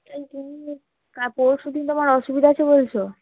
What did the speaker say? ত তুমি পরশু দিন তোমার অসুবিধা আছে বলছো